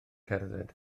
cerdded